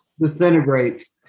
disintegrates